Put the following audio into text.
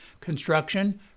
construction